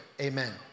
amen